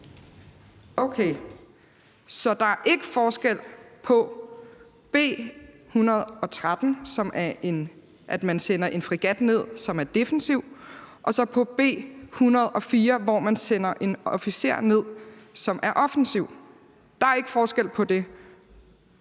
Okay. Så der er ikke forskel på B 103, som handler om, at man sender en fregat ned, som er defensiv, og B 104, hvor man sender en officer ned, som er offensiv? Der er ikke forskel på det.